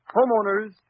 Homeowners